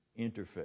interface